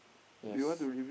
yes